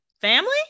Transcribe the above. Family